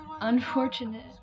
Unfortunate